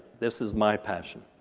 this is my passion.